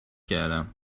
کردم